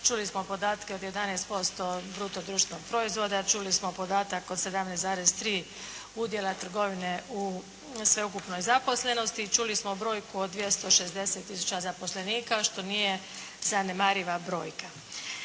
Čuli smo podatke od 11% bruto društvenog proizvoda, čuli smo podatak od 17,3 udjela trgovine u sveukupnoj zaposlenosti, čuli smo brojku od 260 tisuća zaposlenika što nije zanemariva brojka.